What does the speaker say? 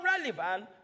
relevant